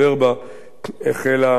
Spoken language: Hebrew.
החלה בפעולתה.